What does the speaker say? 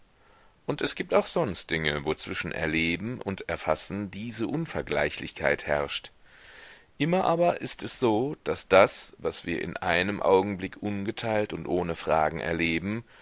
und es gibt auch sonst dinge wo zwischen erleben und erfassen diese unvergleichlichkeit herrscht immer aber ist es so daß das was wir in einem augenblick ungeteilt und ohne fragen erleben